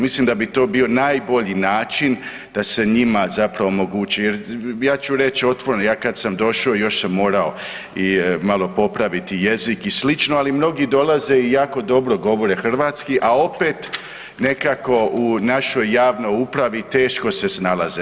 Mislim da bi to bio najbolji način da se njima zapravo omogući jer ja ću reći otvoreno, ja kad sam došao još sam morao i malo popraviti jezik i slično, ali mnogi dolaze i jako dobro govore hrvatski, a opet nekako u našoj javnoj upravi teško se snalaze.